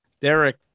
Derek